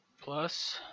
plus